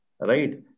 right